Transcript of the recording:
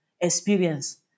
experience